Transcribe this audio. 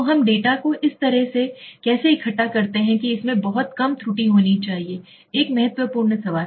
तो हम डेटा को इस तरह से कैसे इकट्ठा करते हैं कि इसमें बहुत कम त्रुटि होनी चाहिए एक महत्वपूर्ण सवाल